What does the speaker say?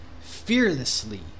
fearlessly